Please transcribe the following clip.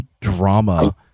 drama